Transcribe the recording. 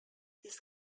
these